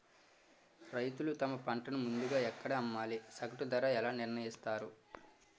రైతులు తమ పంటను ముందుగా ఎక్కడ అమ్మాలి? సగటు ధర ఎలా నిర్ణయిస్తారు?